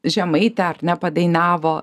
žemaitę ar ne padainavo